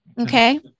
Okay